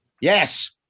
Yes